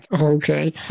Okay